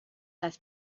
les